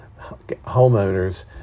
homeowners